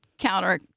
Counter